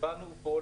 כשבאנו לפה,